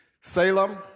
Salem